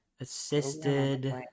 Assisted